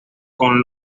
con